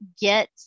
get